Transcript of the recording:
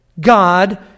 God